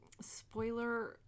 spoiler